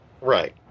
Right